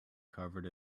covered